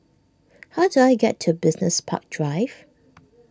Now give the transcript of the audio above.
how do I get to Business Park Drive